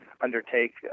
undertake